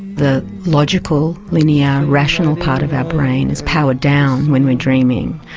the logical, linear, rational part of our brain is powered down when we're dreaming,